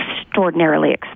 extraordinarily